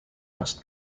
must